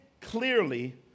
clearly